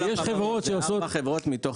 החברות, זה ארבע חברות מתוך